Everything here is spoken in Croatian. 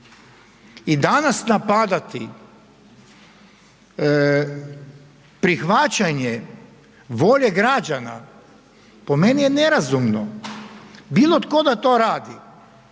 i danas napadati prihvaćanje volje građana, po meni je nerazumno. Bilo tko da to radi,